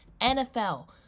NFL